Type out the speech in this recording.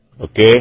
okay